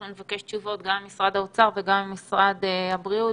נבקש תשובות גם ממשרד האוצר וגם ממשרד הבריאות,